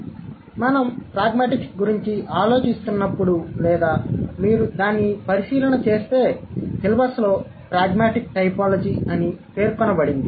కాబట్టి మనం ప్రాగ్మాటిక్స్ గురించి ఆలోచిస్తున్నప్పుడు లేదా మీరు దాన్ని పరిశీలన చేస్తే సిలబస్లో ప్రాగ్మాటిక్ టైపోలాజి అని పేర్కొనబడింది